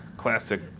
classic